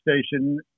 station